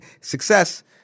success